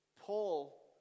Paul